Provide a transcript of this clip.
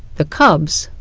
the cubs,